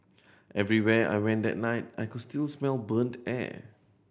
everywhere I went that night I could still smell burnt air